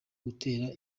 gutera